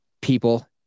people